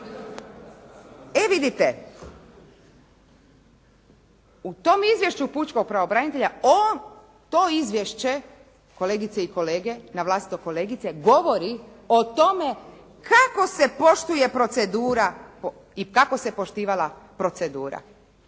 E vidite u tom Izvješću pučkog pravobranitelja, on to izvješće kolegice i kolege, na vlastito kolegice, govori o tome kako se poštuje procedura